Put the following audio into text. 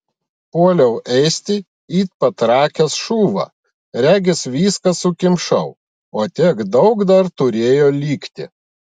puoliau ėsti it patrakęs šuva regis viską sukimšau o tiek daug dar turėjo likti